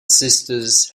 sisters